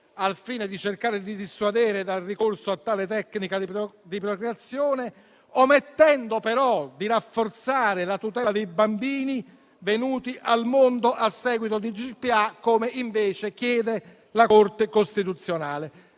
al fine di cercare di dissuadere dal ricorso a tale tecnica di procreazione, omettendo però di rafforzare la tutela dei bambini venuti al mondo a seguito di GPA, come invece chiede la Corte costituzionale.